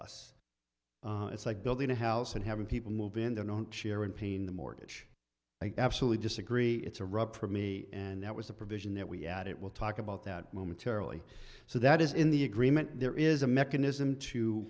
us it's like building a house and having people move in don't share and paying the mortgage i absolutely disagree it's a wrap for me and that was a provision that we at it will talk about that momentarily so that is in the agreement there is a mechanism to